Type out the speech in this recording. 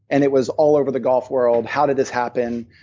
and it was all over the golf world, how did this happen,